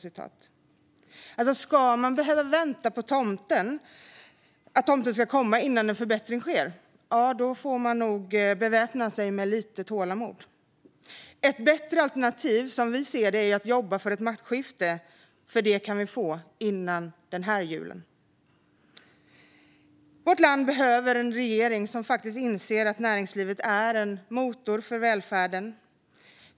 Ska man behöva vänta på att tomten ska komma innan en förbättring sker, då får man nog beväpna sig med lite tålamod. Ett bättre alternativ, som vi ser det, är att jobba för ett maktskifte. Det kan vi få före jul. Vårt land behöver en regering som faktiskt inser att näringslivet är en motor för välfärden.